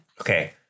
Okay